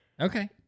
Okay